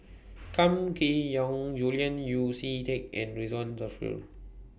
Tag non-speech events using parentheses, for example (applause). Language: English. (noise) Kam Kee Yong Julian Yeo See Teck and Ridzwan Dzafir